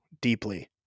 deeply